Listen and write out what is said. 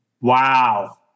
Wow